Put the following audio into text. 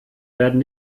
werden